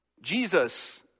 Jesus